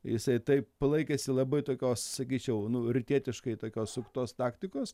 jisai taip laikėsi labai tokios sakyčiau nu rytietiškai tokios suktos taktikos